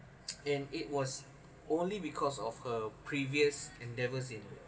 and it was only because of her previous endeavors in